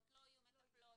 לא יהיו מטפלות.